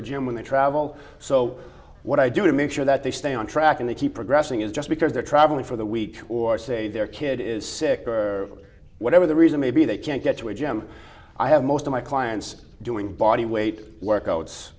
a gym when they travel so what i do to make sure that they stay on track and they keep progressing is just because they're traveling for the week or say their kid is sick or whatever the reason may be they can't get to a gym i have most of my clients doing bodyweight workouts